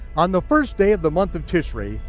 on the first day of the month of tishrei,